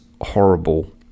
horrible